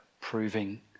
proving